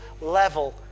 level